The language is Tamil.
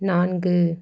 நான்கு